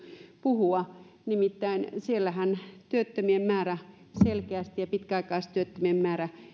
puhua nimittäin siellähän työttömien määrä ja pitkäaikaistyöttömien määrä selkeästi